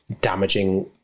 damaging